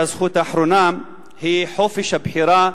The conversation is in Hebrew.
והזכות האחרונה היא חופש הבחירה